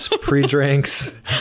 pre-drinks